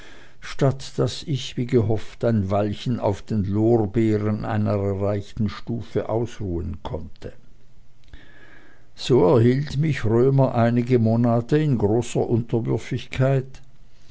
statt daß ich wie ich gehofft ein weilchen auf den lorbeeren einer erreichten stufe ausruhen konnte so erhielt mich römer einige monate in großer unterwürfigkeit